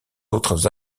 autres